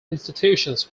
institutions